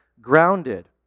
grounded